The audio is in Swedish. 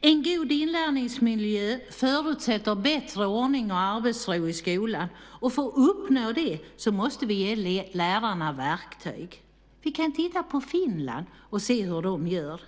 En god inlärningsmiljö förutsätter bättre ordning och arbetsro i skolan. För att uppnå det måste vi ge lärarna verktyg. Vi kan titta på Finland och se hur de gör.